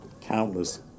countless